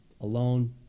alone